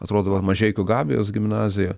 atrodo kad mažeikių gabijos gimnazija